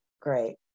great